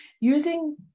using